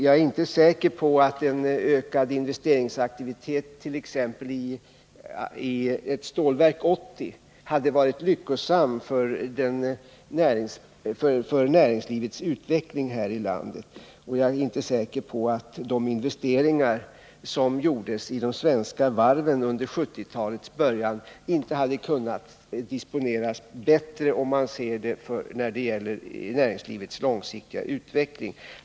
Jag är inte säker på att en ökning av investeringsaktiviteten i ett företag som Stålverk 80 skulle ha varit lyckosam för utvecklingen av landets näringsliv, och jag är inte heller säker på att de investeringar som gjordes i de svenska varven under 1970-talets början inte hade kunnat disponeras bättre med tanke på näringslivets långsiktiga utveckling.